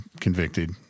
convicted